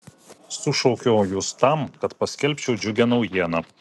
sušaukiau jus tam kad paskelbčiau džiugią naujieną